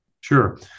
Sure